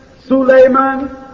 Suleiman